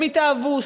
הם התאהבו,